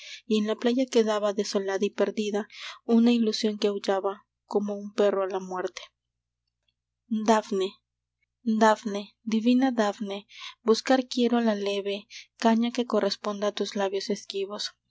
y en la playa quedaba desolada y perdida una ilusión que aullaba como un perro a la muerte dafne divina dafne buscar quiero la leve caña que corresponda a tus labios esquivos